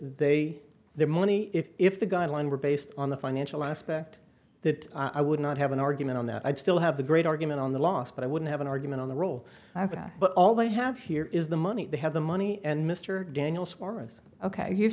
they their money if if the guidelines were based on the financial aspect that i would not have an argument on that i'd still have a great argument on the loss but i wouldn't have an argument on the role i've been on but all they have here is the money they have the money and mr daniel suarez ok you've